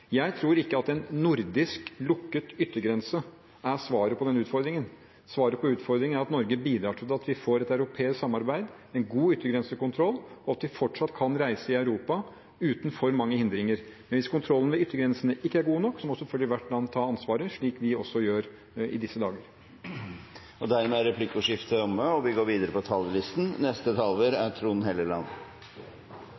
Jeg tror ikke at en nordisk lukket yttergrense er svaret på den utfordringen. Svaret på utfordringen er at Norge bidrar til at vi får et europeisk samarbeid og en god yttergrensekontroll, og at vi fortsatt kan reise i Europa uten for mange hindringer. Men hvis kontrollen med yttergrensene ikke er god nok, må selvfølgelig hvert land ta ansvaret, slik vi også gjør i disse dager. Replikkordskiftet er dermed omme. Jeg lurte på